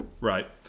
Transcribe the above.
Right